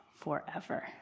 forever